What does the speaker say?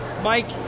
Mike